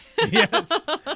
Yes